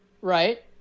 right